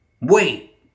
Wait